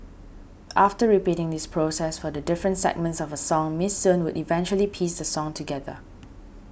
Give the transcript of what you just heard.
after repeating this process for the different segments of a song Miss Soon would eventually piece the song together